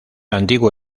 antiguo